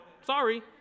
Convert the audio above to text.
Sorry